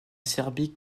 serbie